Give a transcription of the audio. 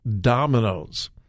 dominoes